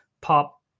pop